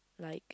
like